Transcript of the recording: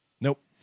Nope